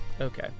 Okay